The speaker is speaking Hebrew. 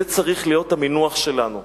זה צריך להיות המינוח שלנו.